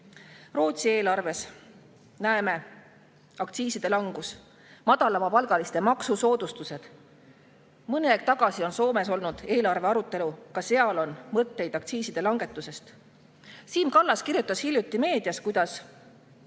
Rootsi eelarves näeme: aktsiiside langus, madalapalgaliste maksusoodustused. Mõni aeg tagasi oli Soomes eelarve arutelu, ka seal on mõtteid aktsiiside langetusest. Siim Kallas kirjutas hiljuti meedias, kuidas